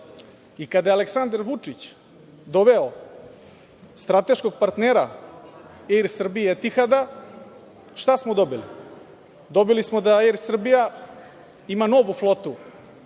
i kada je Aleksandar Vučić doveo strateškog partnera „Er Srbiji“ – „Etihada“, šta smo dobili? Dobili smo da je „Er Srbija“ ima novu flotu